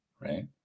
Right